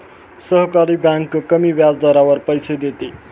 सहकारी बँक कमी व्याजदरावर पैसे देते